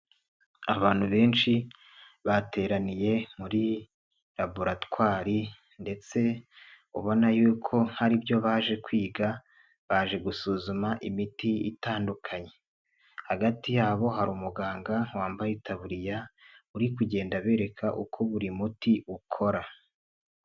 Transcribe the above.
Abantu benshi bateraniye muri raboratwari ndetse ubona y'uko haribyo baje kwiga baje gusuzuma imiti itandukanye, hagati yabo hari umuganga wambaye itaburiya uri kugenda abereka uko buri muti ukora.